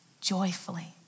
joyfully